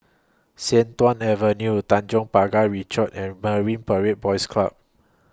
Sian Tuan Avenue Tanjong Pagar Ricoh and Marine Parade Boys Club